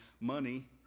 Money